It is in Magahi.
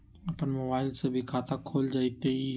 अपन मोबाइल से भी खाता खोल जताईं?